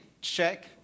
check